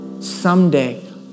someday